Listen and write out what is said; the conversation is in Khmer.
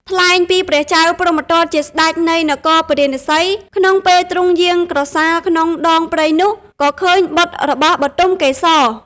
ថ្លែងពីព្រះចៅព្រហ្មទត្តជាស្តេចនៃនគរពារាណសី ក្នុងពេលទ្រង់យាងក្រសាលក្នុងដងព្រៃនោះ ក៏ឃើញបុត្ររបស់បុទមកេសរ។